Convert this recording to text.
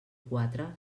quatre